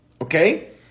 Okay